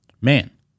Man